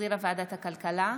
שהחזירה ועדת הכלכלה,